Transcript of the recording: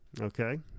Okay